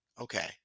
Okay